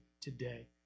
today